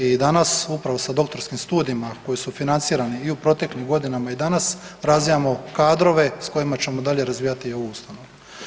I danas upravo sa doktorskim studijima koji su financirani i u proteklim godinama i danas razvijamo kadrove s kojima ćemo dalje razvijati i ovu ustanovu.